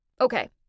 Okay